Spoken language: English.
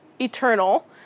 eternal